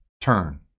turn